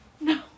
No